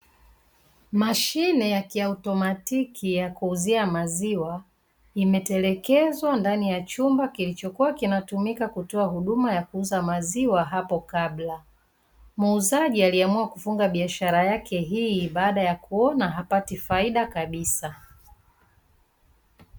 Mashine ya kiautomatiki ya kuuzia maziwa, imetelekezwa ndani ya chumba kilichokuwa kinatumika kutoa huduma ya kuuza maziwa hapo kabla. Muuzaji aliamua kufunga biashara yake hii baada ya kuona hapati faida kabisa.